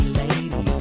lady